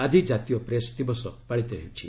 ଆଜି ଜାତୀୟ ପ୍ରେସ୍ ଦିବସ ପାଳିତ ହେଉଛି